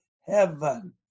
heaven